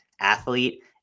athlete